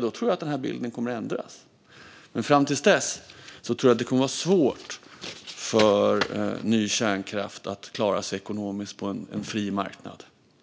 det, tror jag att den här bilden kommer att ändras. Fram till dess tror jag dock att det kommer att vara svårt för ny kärnkraft att klara sig ekonomiskt på en fri marknad.